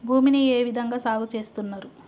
భూమిని ఏ విధంగా సాగు చేస్తున్నారు?